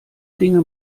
dinge